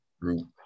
group